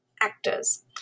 actors